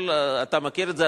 אתה מכיר את זה,